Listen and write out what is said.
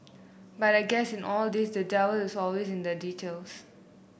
but I guess in all this the devil is always in the details